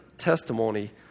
testimony